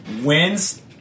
wins